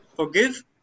Forgive